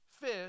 fish